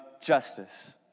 justice